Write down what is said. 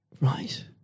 right